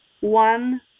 one